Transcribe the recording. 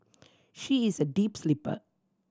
she is a deep sleeper